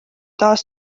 taas